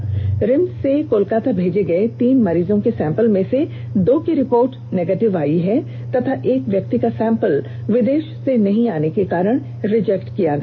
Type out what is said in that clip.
वहीं रिम्स से कोलकाता भेजे गए तीन मरीजों के सैंपल में से दो की रिपोर्ट नेगेटिव आई है तथा एक व्यक्ति का सैंपल विदेष से नहीं आने के कारण रिजेक्ट किया गया